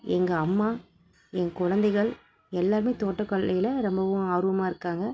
எங்கள் அம்மா என் குழந்தைகள் எல்லோருமே தோட்டக்கலையில் ரொம்பவும் ஆர்வமாக இருக்காங்க